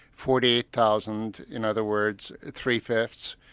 forty eight thousand in other words, three-fifths,